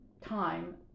time